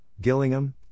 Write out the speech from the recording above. Gillingham